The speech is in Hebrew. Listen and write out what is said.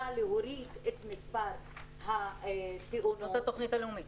להוריד את מספר התאונות --- זאת התוכנית הלאומית,